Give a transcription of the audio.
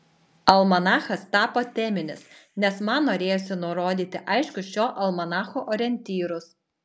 almanachas tapo teminis nes man norėjosi nurodyti aiškius šio almanacho orientyrus